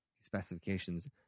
specifications